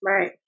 Right